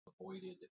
avoided